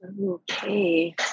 Okay